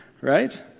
right